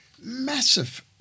massive